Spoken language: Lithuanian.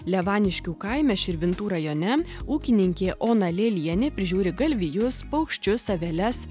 levaniškių kaime širvintų rajone ūkininkė ona lelienė prižiūri galvijus paukščius aveles